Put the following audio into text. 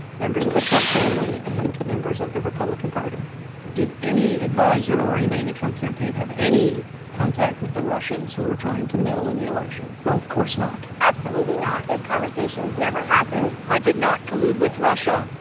members of the trump family and members of the republican party did any adviser or anybody in the trump campaign have any contact with the russians who were trying to meddle in the election? well, of course not absolutely those conversations never happened i did not collude with russia,